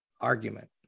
argument